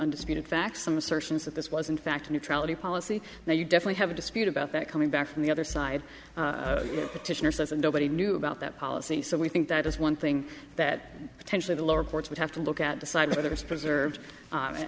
undisputed facts some assertions that this was in fact a neutrality policy now you definitely have a dispute about that coming back from the other side petitioner says and nobody knew about that policy so we think that is one thing that potentially the lower courts would have to look at